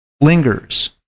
lingers